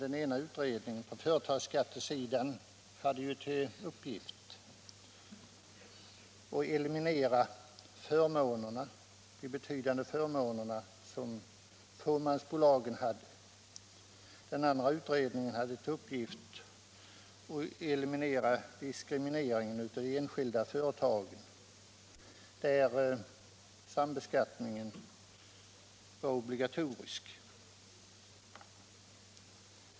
Den ena utredningen på företagsskattesidan hade till uppgift att eliminera de betydande förmåner som fåmansbolagen hade. Den andra utredningen hade till uppgift att eliminera diskrimineringen av enskilda företag där sambeskattningen var obligatorisk.